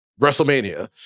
WrestleMania